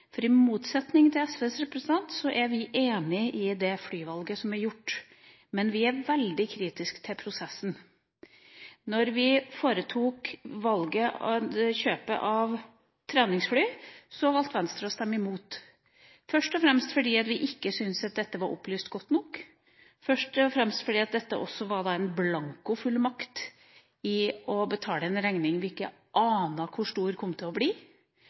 flyvalg. I motsetning til SVs representant, er vi enig i det flyvalget som er gjort, men vi er veldig kritiske til prosessen. Da vi foretok kjøpet av treningsfly, så valgte Venstre å stemme imot – først og fremst fordi vi ikke syntes at dette var opplyst godt nok, men også fordi dette var en blankofullmakt til en regning som vi ikke ante hvor stor ville bli, eller som det var lagt prosess på. Vi kommer i dag til å